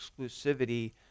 exclusivity